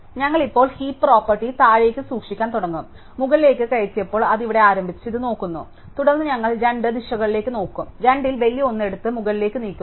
ഞങ്ങൾ ഇപ്പോൾ heap property താഴേക്ക് സൂക്ഷിക്കാൻ തുടങ്ങും ഞങ്ങൾ മുകളിലേക്ക് കയറ്റിയപ്പോൾ അത് ഇവിടെ ആരംഭിച്ച് ഇത് നോക്കുന്നു തുടർന്ന് ഞങ്ങൾ രണ്ട് ദിശകളിലേക്കും നോക്കും രണ്ടിൽ വലിയ ഒന്ന് എടുത്ത് മുകളിലേക്ക് നീക്കുന്നു